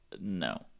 no